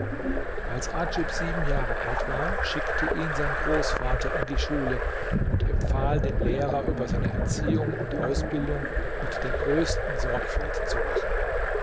als adjib sieben jahre alt war schickte ihn sein großvater in die schule und empfahl dem lehrer über seine erziehung und ausbildung mit der größten sorgfalt zu wachen